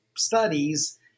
studies